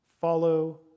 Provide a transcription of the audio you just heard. Follow